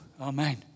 Amen